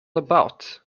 about